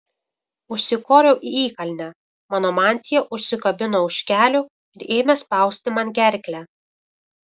užsikoriau į įkalnę mano mantija užsikabino už kelių ir ėmė spausti man gerklę